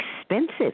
expensive